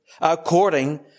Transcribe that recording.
according